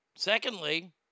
Secondly